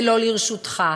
ולא לרשותך.